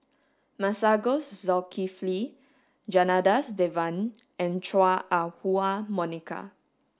Masagos Zulkifli Janadas Devan and Chua Ah Huwa Monica